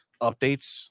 updates